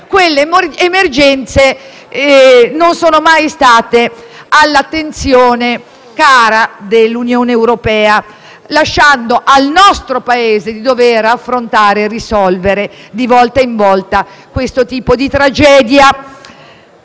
le frontiere, non sono mai state all'attenzione cara dell'Unione europea, lasciando al nostro Paese di dover affrontare e risolvere, di volta in volta, questo tipo di tragedia.